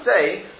say